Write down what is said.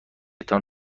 تان